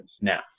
now